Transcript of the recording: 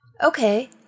Okay